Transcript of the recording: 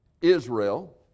Israel